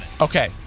Okay